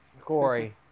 Corey